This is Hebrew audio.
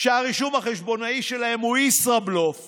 שהרישום החשבונאי שלה הוא ישראבלוף